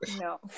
No